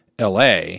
LA